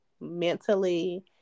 mentally